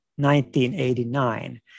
1989